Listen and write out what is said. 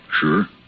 sure